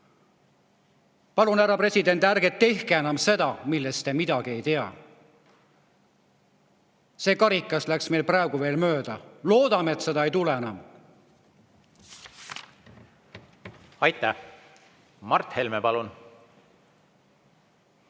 Palun, härra president, ärge tehke enam seda, millest te midagi ei tea! See karikas läks meist praegu veel mööda. Loodame, et seda enam ei tule. Aitäh! Mart Helme, palun!